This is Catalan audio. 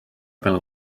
pel